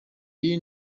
y’iyi